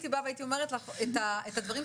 מבנה יכול להיות גם 50 קומות,